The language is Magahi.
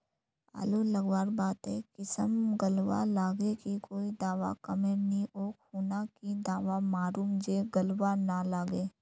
आलू लगवार बात ए किसम गलवा लागे की कोई दावा कमेर नि ओ खुना की दावा मारूम जे गलवा ना लागे?